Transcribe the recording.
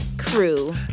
crew